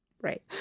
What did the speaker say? Right